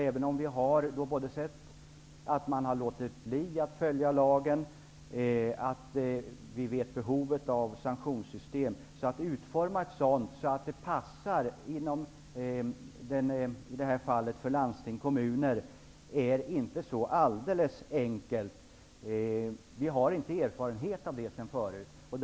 Även om vi har sett att man har låtit bli att följa lagen och även om vi känner till behovet av sanktionssystem är det inte så lätt att utforma ett sådant så att det passar i det här fallet för landsting och kommuner. Vi har inte erfarenhet av det sedan tidigare.